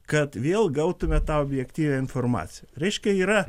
kad vėl gautume tau objektyvią informaciją reiškia yra